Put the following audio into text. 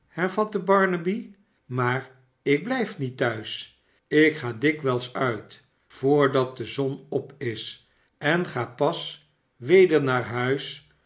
hervatte barnaby s maar ik blijf niet thuis ik ga dikwijls uit voordat de zon op is en ga pas weder naar huis